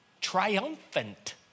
triumphant